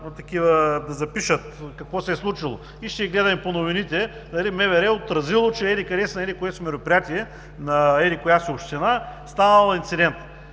ще запишат какво се е случило. Ще ги гледаме по новините: „МВР отразило, че еди къде си, на еди кое си мероприятие на еди коя си община станал инцидент“.